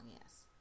yes